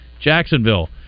Jacksonville